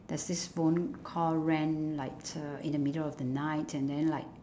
there's this phone call rang like uh in the middle of the night and then like